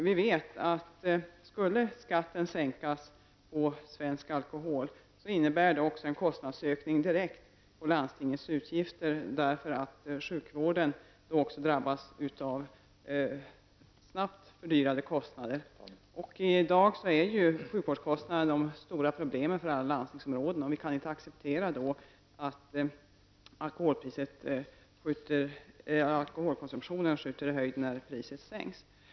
Vi vet att om skatten skulle sänkas på svensk alkohol innebär det direkt en ökning av landstingens utgifter. Sjukvården kommer då att drabbas av snabbt växande kostnader. I dag är sjukvårdskostnaderna de stora problemen för alla landstingsområden. Vi kan inte acceptera att alkoholkonsumtionen skjuter i höjden när priset sänks.